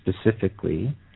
specifically